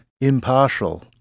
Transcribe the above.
impartial